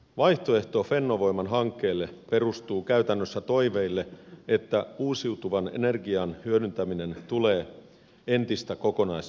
vaihtoehto fennovoiman hankkeelle perustuu käytännössä toiveille että uusiutuvan energian hyödyntäminen tulee entistä kokonaisedullisemmaksi